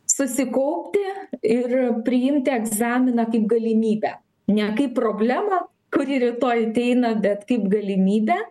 susikaupti ir priimti egzaminą kaip galimybę ne kaip problemą kuri rytoj ateina bet kaip galimybę